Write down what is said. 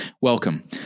Welcome